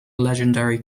legendary